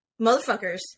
motherfuckers